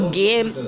game